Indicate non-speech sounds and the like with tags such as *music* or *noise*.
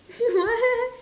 *laughs* what